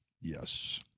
Yes